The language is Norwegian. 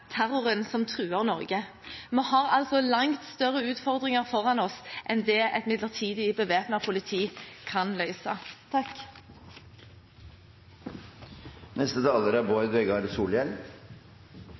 terroren som truer Norge.» Vi har altså langt større utfordringer foran oss enn det et midlertidig bevæpnet politi kan løse. Eg vil òg takke statsråden for utgreiinga. Det er